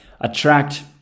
attract